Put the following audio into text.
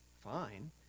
fine